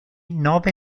nove